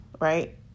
right